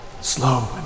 slow